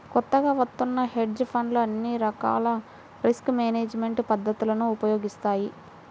కొత్తగా వత్తున్న హెడ్జ్ ఫండ్లు అన్ని రకాల రిస్క్ మేనేజ్మెంట్ పద్ధతులను ఉపయోగిస్తాయి